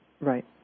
Right